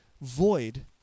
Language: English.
void